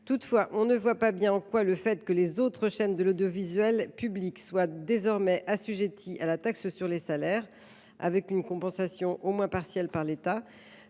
Toutefois, on ne voit pas bien en quoi le fait que les autres chaînes de l’audiovisuel public soient désormais assujetties à la taxe sur les salaires, même avec une compensation partielle de l’État,